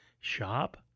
shop